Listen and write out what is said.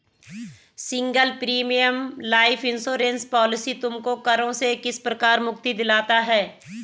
Single premium life insurance policy तुमको करों से किस प्रकार मुक्ति दिलाता है?